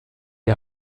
die